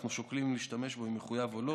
אנחנו שוקלים אם להשתמש בו, אם זה מחויב או לא.